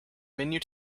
menu